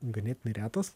ganėtinai retas